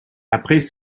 après